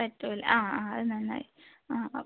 പറ്റില്ല ആ ആ അത് നന്നായി ആ ആ